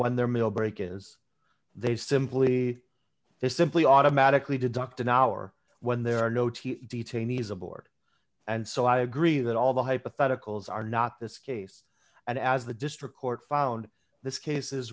when their meal break is they simply they simply automatically deduct an hour when there are no t v detainees aboard and so i agree that all the hypotheticals are not this case and as the district court found this case